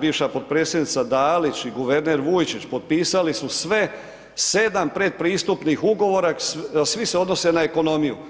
bivša potpredsjednica Dalić i guverner Vujčić, potpisali su sve, 7 pretpristupnih ugovora, svi se odnose na ekonomiju.